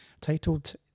Titled